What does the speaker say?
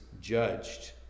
judged